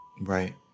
Right